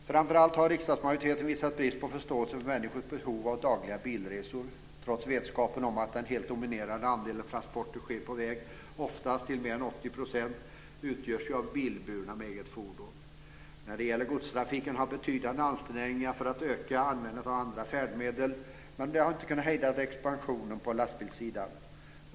Framför allt har riksdagsmajoriteten visat brist på förståelse för människors behov av dagliga bilresor, trots vetskapen om att den helt dominerande andelen transporter sker på väg - oftast till mer än 80 % av bilburna med eget fordon. När det gäller godstrafiken har betydande ansträngningar för att öka användandet av andra färdmedel inte hejdat expansionen på lastbilssidan.